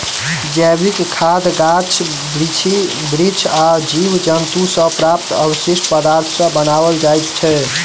जैविक खाद गाछ बिरिछ आ जीव जन्तु सॅ प्राप्त अवशिष्ट पदार्थ सॅ बनाओल जाइत छै